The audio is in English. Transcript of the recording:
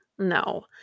No